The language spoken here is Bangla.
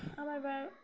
আমার বার